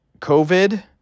COVID